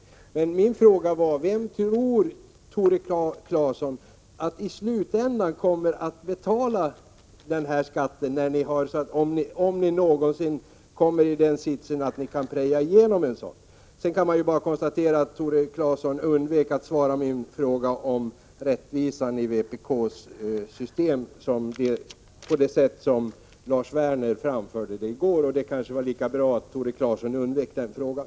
Men Tore Claeson svarade inte på min fråga vem han tror i slutändan kommer att få betala denna skatt, om vpk någonsin kommer i den sitsen att 29 kunna driva igenom den. Han undvek också att svara på min fråga om rättvisan i vpk:s system, såsom Lars Werner framställde det i går. Det var kanske lika bra att han undvek den frågan.